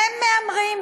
הם מהמרים,